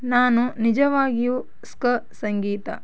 ನಾನು ನಿಜವಾಗಿಯೂ ಸ್ಕ ಸಂಗೀತ